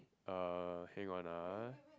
uh hang on ah